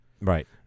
Right